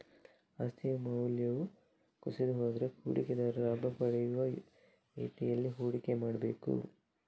ಆಸ್ತಿಯ ಮೌಲ್ಯವು ಕುಸಿದು ಹೋದ್ರೆ ಹೂಡಿಕೆದಾರರು ಲಾಭ ಪಡೆಯುವ ರೀತಿನಲ್ಲಿ ಹೂಡಿಕೆ ಮಾಡ್ಬೇಕು